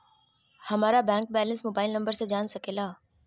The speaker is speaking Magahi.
हमारा बैंक बैलेंस मोबाइल नंबर से जान सके ला?